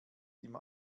immer